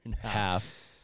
Half